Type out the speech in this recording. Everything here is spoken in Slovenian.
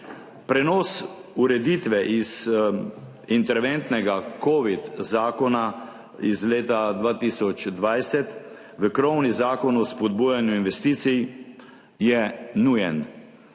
Prenos ureditve iz interventnega covid zakona iz leta 2020 v krovni Zakon o spodbujanju investicij je nujen.